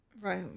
Right